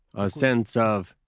sense of